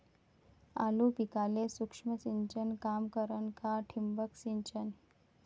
आलू पिकाले सूक्ष्म सिंचन काम करन का ठिबक सिंचन?